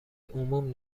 عموم